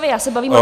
Já se bavím...